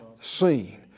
seen